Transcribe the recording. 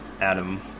Adam